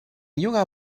junger